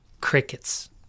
crickets